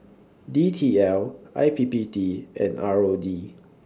D T L I P P T and R O D